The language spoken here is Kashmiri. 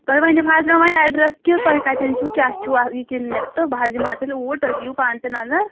تُہۍ ؤنو حظ مےٚ وۄنۍ اٮ۪ڈرس کہِ تۄہہِ کَتٮ۪ن چھُو کیٛاہ چھُو یہِ کِلنِک تہٕ بہٕ حظ یِمہٕ ہا تیٚلہِ اوٗرۍ تُہۍ دِیِو پانہٕ تہِ نظر